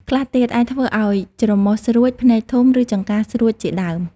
ខ្លះទៀតអាចធ្វើឱ្យច្រមុះស្រួច ភ្នែកធំ ឬចង្កាស្រួចជាដើម។